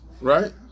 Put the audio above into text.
right